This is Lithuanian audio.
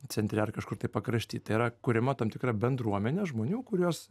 centre ar kažkur tai pakrašty tai yra kuriama tam tikra bendruomenė žmonių kuriuos